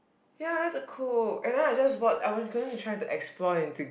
ya I like to cook and then I just bought I want gonna try to explore into